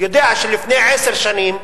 יודע שלפני עשר שנים,